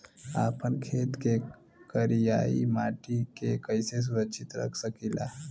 आपन खेत के करियाई माटी के कइसे सुरक्षित रख सकी ला?